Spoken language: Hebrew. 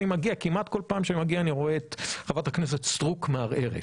כמעט כל פעם שאני מגיע אני רואה את חברת הכנסת סטרוק מערערת.